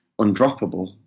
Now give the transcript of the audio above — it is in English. undroppable